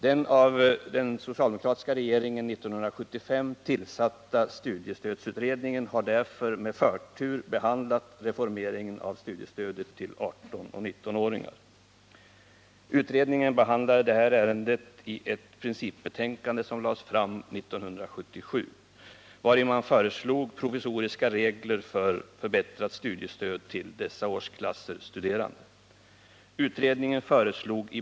Den av den socialdemokratiska regeringen 1975 tillsatta studiestödsutredningen har därför med förtur behandlat reformeringen av studiestödet till 18-19-åringar. Utredningen behandlade detta ärende i ett principbetänkande, som lades 2. Myndighetsåldern, f. n.